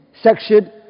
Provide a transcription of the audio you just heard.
section